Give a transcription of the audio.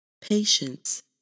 patience